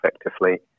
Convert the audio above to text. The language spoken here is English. effectively